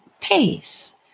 pace